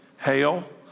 hail